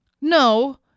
No